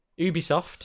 Ubisoft